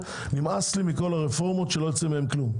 נמאס לי מכל הרפורמות שלא יוצא מהן כלום.